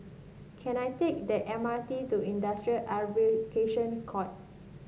can I take the M R T to Industrial Arbitration Court